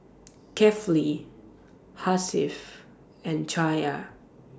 Kefli Hasif and Cahaya